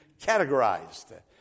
categorized